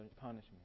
punishment